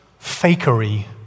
fakery